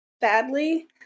badly